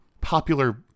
popular